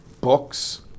books